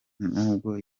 nubwo